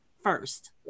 first